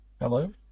Hello